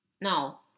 Now